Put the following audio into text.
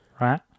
right